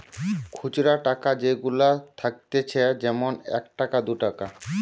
খুচরা টাকা যেগুলা থাকতিছে যেমন এক টাকা, দু টাকা